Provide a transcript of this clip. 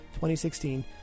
2016